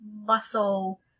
muscle